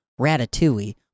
ratatouille